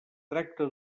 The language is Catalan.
tracta